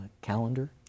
calendar